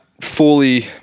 fully